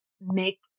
make